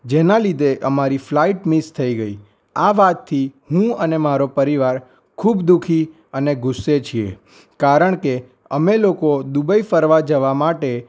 જેના લીધે અમારી ફ્લાઇટ મિસ થઈ ગઈ આ વાતથી હું અને મારો પરિવાર ખૂબ દુ ખી અને ગુસ્સે છીએ કારણ કે અમે લોકો દુબઈ ફરવા જવા માટે